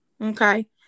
Okay